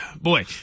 boy